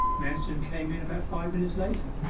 manston came in about five minutes later,